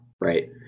right